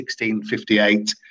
1658